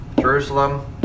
Jerusalem